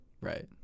right